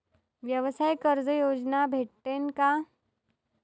व्यवसाय कर्ज योजना भेटेन का?